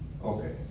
Okay